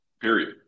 Period